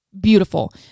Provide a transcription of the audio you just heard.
beautiful